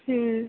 ହୁଁ